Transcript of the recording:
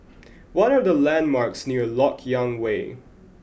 what are the landmarks near Lok Yang Way